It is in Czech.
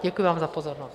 Děkuji vám za pozornost.